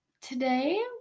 today